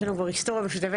יש לנו כבר היסטוריה משותפת.